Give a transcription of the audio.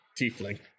tiefling